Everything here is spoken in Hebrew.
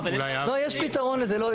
לא, יש פתרון לזה.